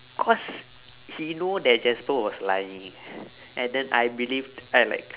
cause he know that jasper was lying and then I believed I like